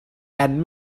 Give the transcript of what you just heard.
and